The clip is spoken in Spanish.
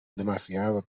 demasiado